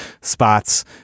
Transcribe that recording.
spots